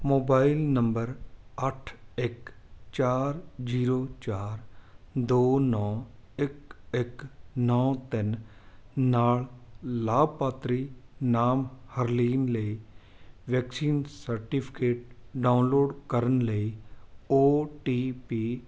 mobile number ਅੱਠ ਇੱਕ ਚਾਰ ਜੀਰੋ ਚਾਰ ਦੋ ਨੌ ਇੱਕ ਇੱਕ ਨੌ ਤਿੰਨ ਨਾਲ ਲਾਭਪਾਤਰੀ ਨਾਮ ਹਰਲੀਨ ਲਈ ਵੈਕਸੀਨ ਸਰਟੀਫ਼ਿਕੇਟ ਡਾਊਨਲੌਡ ਕਰਨ ਲਈ ਓ ਟੀ ਪੀ